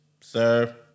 sir